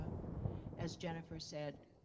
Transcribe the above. um as jennifer said,